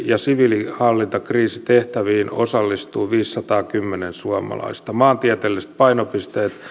ja siviilikriisinhallintatehtäviin osallistuu viisisataakymmentä suomalaista maantieteelliset painopisteet ovat